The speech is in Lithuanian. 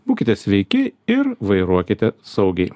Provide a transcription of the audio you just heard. būkite sveiki ir vairuokite saugiai